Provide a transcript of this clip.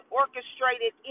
orchestrated